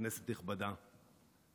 כנסת נכבדה,